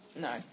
No